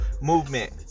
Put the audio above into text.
movement